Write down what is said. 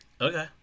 Okay